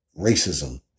racism